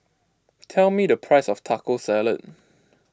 tell me the price of Taco Salad